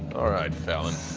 all right, fallon.